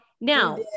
now